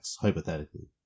hypothetically